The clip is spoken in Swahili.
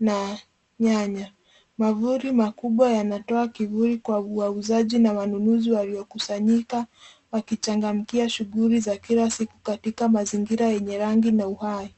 na nyanya. Mwavuli makubwa yanatoa kivuli kwa wauzaji na wanunuzi waliokusanyika wakichangamkia shughuli za kila siku katika mazingira yenye rangi na uhai.